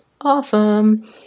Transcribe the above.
awesome